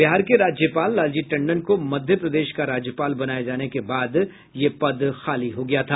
बिहार के राज्यपाल लालजी टंडन को मध्य प्रदेश का राज्यपाल बनाये जाने के बाद ये पद खाली हो गया था